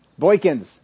Boykins